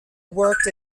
worked